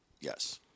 Yes